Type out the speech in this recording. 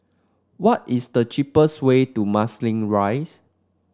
what is the cheapest way to Marsiling Rise